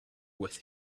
with